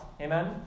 Amen